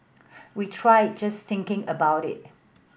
we tried just thinking about it